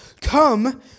Come